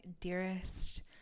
dearest